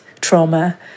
trauma